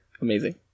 Amazing